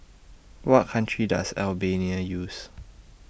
What Country Does Albania use